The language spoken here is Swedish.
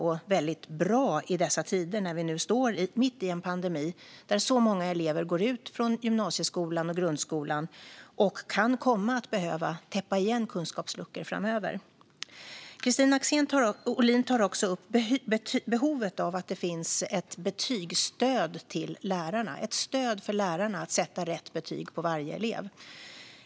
Det är väldigt bra i dessa tider, när vi står mitt i en pandemi där så många elever går ut från gymnasieskolan och grundskolan och kan komma att behöva täppa igen kunskapsluckor framöver. Kristina Axén Olin tar också upp behovet av att det finns ett betygsstöd för lärarna, det vill säga ett stöd för att sätta rätt betyg på varje elev.